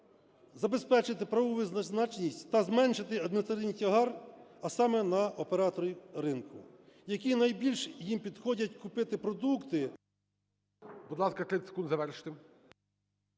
забезпечити правову визначеність та зменшити адміністративний тягар, а саме на операторів ринку, які найбільш їм підходять купити продукти…